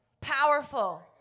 powerful